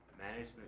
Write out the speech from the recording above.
management